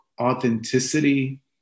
authenticity